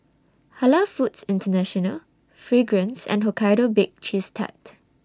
Halal Foods International Fragrance and Hokkaido Baked Cheese Tart